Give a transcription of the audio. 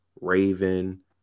Raven